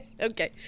okay